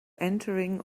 entering